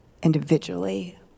individually